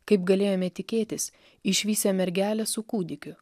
kaip galėjome tikėtis išvysią mergelę su kūdikiu